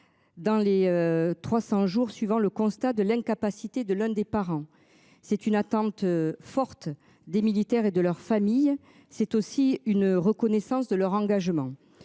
Dans les 300 jours suivant le constat de l'incapacité de l'un des parents, c'est une attente forte des militaires et de leurs familles. C'est aussi une reconnaissance de leur engagement.